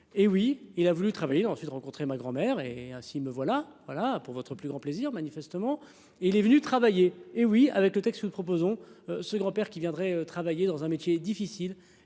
et oui il a voulu travailler ensuite rencontré ma grand-mère et ainsi me voilà voilà pour votre plus grand plaisir. Manifestement il est venu travailler. Hé oui avec le texte que nous proposons ce grand-père qui viendraient travailler dans un métier difficile,